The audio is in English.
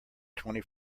twenty